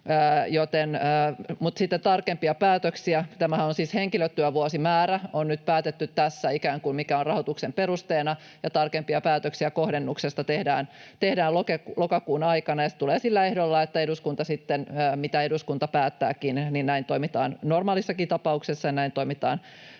täällä ne pahimmat uhkakuvat ovat olleet. Henkilötyövuosimäärä on nyt siis päätetty tässä, ikään kuin se, mikä on rahoituksen perusteena, ja tarkempia päätöksiä kohdennuksesta tehdään lokakuun aikana, ja se tulee sillä ehdolla, mitä eduskunta päättääkin. Näin toimitaan normaalissakin tapauksessa, ja näin toimitaan